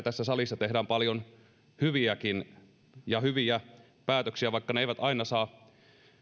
tässä salissa tehdään paljon hyviä päätöksiä vaikka ne eivät aina saa